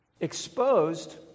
exposed